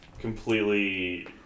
completely